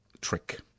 trick